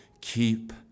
Keep